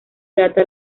plata